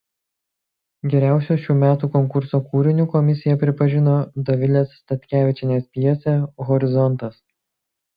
geriausiu šių metų konkurso kūriniu komisija pripažino dovilės statkevičienės pjesę horizontas